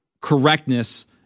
correctness